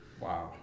Wow